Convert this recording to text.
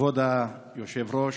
כבוד היושב-ראש,